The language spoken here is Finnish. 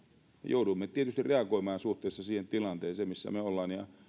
joudumme tietysti reagoimaan suhteessa siihen tilanteeseen missä me olemme ja